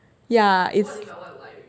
ya